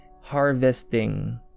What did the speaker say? harvesting